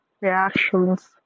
reactions